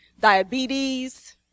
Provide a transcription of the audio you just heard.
diabetes